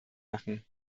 machen